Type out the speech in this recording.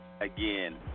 again